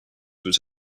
would